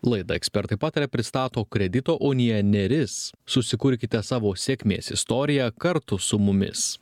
laidą ekspertai pataria pristato kredito unija neris susikurkite savo sėkmės istoriją kartu su mumis